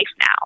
now